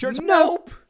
nope